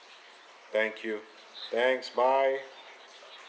thank you thanks bye